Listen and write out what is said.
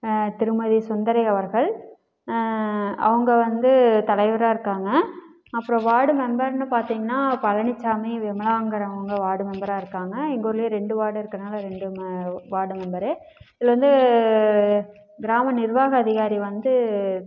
திருமதி சுந்தரி அவர்கள் அவங்க வந்து தலைவராக இருக்காங்க அப்புறம் வார்டு மெம்பர்னு பார்த்திங்கன்னா பழனிச்சாமி விமலாங்கிறவங்க வார்டு மெம்பராக இருக்காங்க எங்கள் ஊரிலேயே ரெண்டு வார்டு இருக்கறனால ரெண்டு வார்டு மெம்பர் இதில் வந்து கிராம நிர்வாக அதிகாரி வந்து